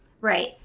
Right